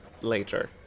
later